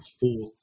fourth